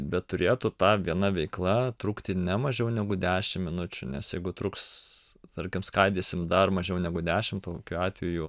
bet turėtų ta viena veikla trukti ne mažiau negu dešim minučių nes jeigu truks tarkim skaidysim dar mažiau negu dešim tokiu atveju